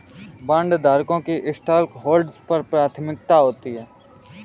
बॉन्डधारकों की स्टॉकहोल्डर्स पर प्राथमिकता होती है